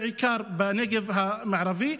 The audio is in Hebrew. בעיקר בנגב המערבי.